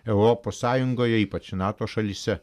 europos sąjungoje ypač nato šalyse